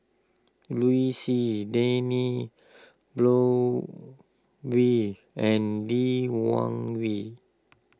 Liu Si Dennis Blood we and Lee Wung Yew